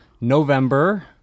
November